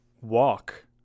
walk